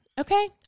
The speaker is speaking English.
okay